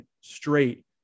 straight